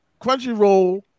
Crunchyroll